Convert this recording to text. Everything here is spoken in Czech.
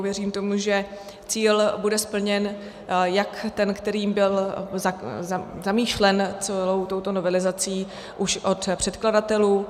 Věřím tomu, že cíl bude splněn, jak ten, který byl zamýšlen celou touto novelizací už od předkladatelů.